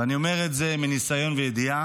ואני אומר את זה מניסיון וידיעה.